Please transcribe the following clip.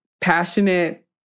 passionate